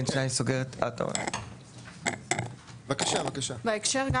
כן כמובן, רק שם